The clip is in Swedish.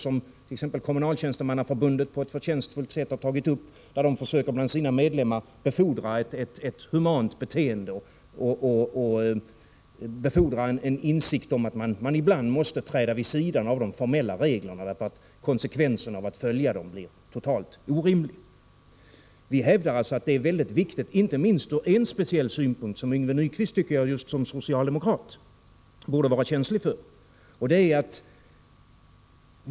Kommunaltjänstemannaförbundet exempelvis har på ett förtjänstfullt sätt tagit upp den här frågan och försöker för sina medlemmar befordra ett humant beteende och en insikt om att man ibland måste träda vid sidan om de formella reglerna, därför att konsekvenserna av att följa dem blir totalt orimliga. Vi hävdar att detta är viktigt, inte minst ur en speciell synpunkt, som Yngve Nyquist som socialdemokrat borde vara känslig för.